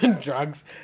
Drugs